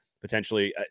potentially